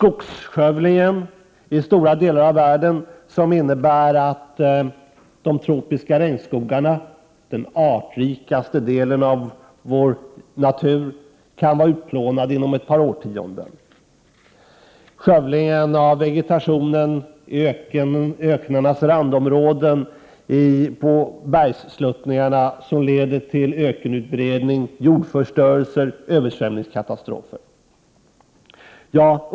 Skogsskövlingen i stora delar av världen innebär att de tropiska regnskogarna, den artrikaste delen av vår natur, kan vara utplånade inom ett par årtionden. Skövlingen av vegetationen i öknarnas randområden på bergssluttningarna leder till ökenutbredning, jordförstörelse och översvämningskatastrofer.